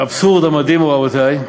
האבסורד המדהים הוא, רבותי,